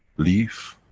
leaf.